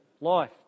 life